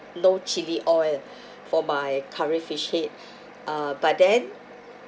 no chilli oil for my curry fish head uh but then